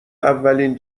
اولین